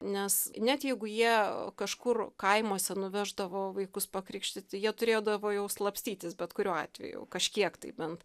nes net jeigu jie kažkur kaimuose nuveždavo vaikus pakrikštyti jie turėdavo jau slapstytis bet kuriuo atveju kažkiek tai bent